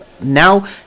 now